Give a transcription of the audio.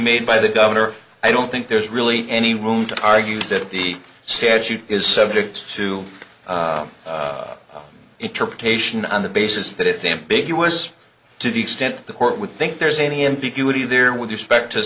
made by the governor i don't think there's really any room to argue that the statute is subject to interpretation on the basis that it's ambiguous to the extent that the court would think there's any ambiguity there with respect to